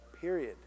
Period